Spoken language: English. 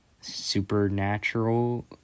supernatural